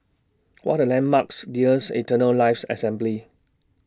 What Are The landmarks nears Eternal Life Assembly